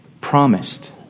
promised